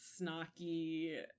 snarky